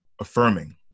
affirming